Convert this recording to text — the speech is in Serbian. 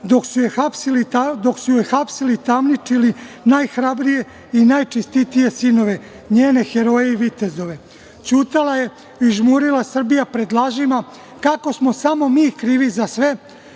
dok su joj hapsili, tamničili najhrabrije i najčestitije sinove, njene heroje i vitezove. Ćutala je i žmurila Srbija pred lažima kako smo samo mi krivi za sve,